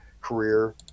career